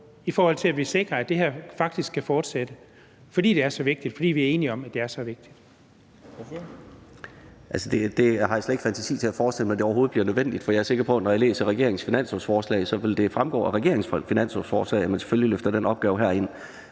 på for at sikre, at det her faktisk skal fortsætte, fordi det er så vigtigt, og fordi vi er enige om, at det er så vigtigt.